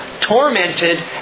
tormented